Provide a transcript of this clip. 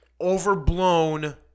Overblown